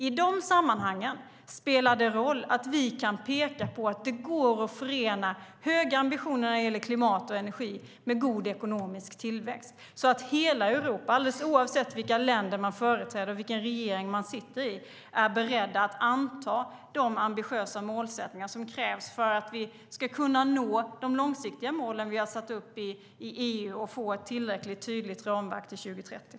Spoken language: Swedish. I de sammanhangen spelar det roll att vi kan peka på att det går att förena höga ambitioner när det gäller klimat och energi med god ekonomisk tillväxt så att hela Europa, alldeles oavsett vilka länder man företräder och vilken regering man sitter i, är berett att anta de ambitiösa målsättningar som krävs för att vi ska kunna nå de långsiktiga målen som vi satt upp i EU och få ett tillräckligt tydligt ramverk till 2030.